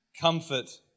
Comfort